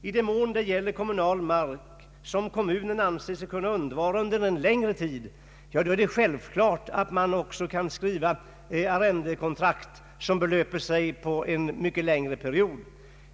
I den mån det gäller mark, som kommunen anser sig kunna undvara under en längre tid, är det självklart att man kan skriva arrendekontrakt som löper under en mycket längre period.